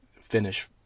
finish